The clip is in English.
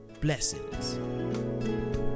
Blessings